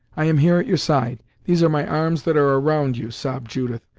i am here at your side these are my arms that are around you, sobbed judith.